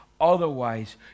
Otherwise